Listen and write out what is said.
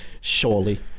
Surely